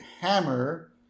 Hammer